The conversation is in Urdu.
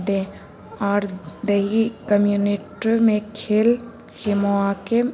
دیں اور دیہی کمیونٹی میں کھیل کے مواقع